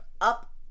up